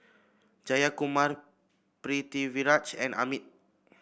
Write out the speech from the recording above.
Jayakumar Pritiviraj and Amit